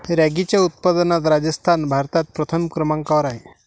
रॅगीच्या उत्पादनात राजस्थान भारतात प्रथम क्रमांकावर आहे